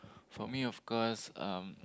for me of course um